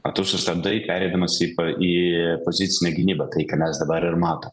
o tu sustabdai pereidamas į pa į pozicinę gynybą tai ką mes dabar ir matom